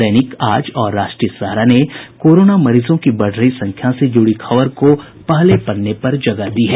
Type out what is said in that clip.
दैनिक आज और राष्ट्रीय सहारा ने कोरोना मरीजों की बढ़ रही संख्या से जुड़ी खबर को पहले पन्ने पर जगह दी है